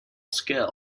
skill